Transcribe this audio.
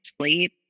sleep